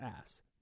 ass